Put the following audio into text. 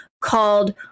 called